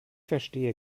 verstehe